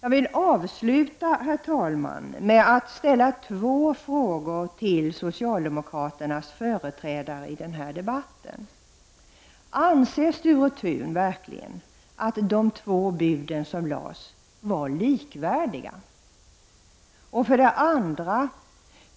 Jag vill avsluta mitt anförande med att ställa två frågor till socialdemokraternas företrädare i denna debatt. Anser Sture Thun verkligen att de två bud som lades fram var likvärdiga?